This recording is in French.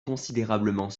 considérablement